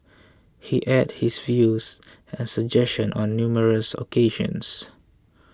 he aired his views and suggestions on numerous occasions